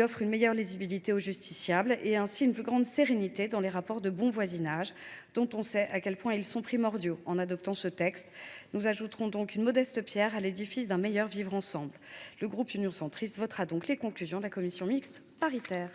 offre une meilleure lisibilité aux justiciables, et ainsi une plus grande sérénité dans les rapports de bon voisinage, dont on sait à quel point ils sont primordiaux. En adoptant ce texte, nous ajouterons donc une modeste pierre à l’édifice d’un meilleur vivre ensemble. Le groupe Union Centriste votera les conclusions de la commission mixte paritaire.